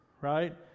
right